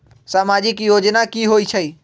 समाजिक योजना की होई छई?